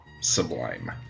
sublime